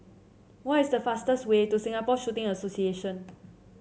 what is the fastest way to Singapore Shooting Association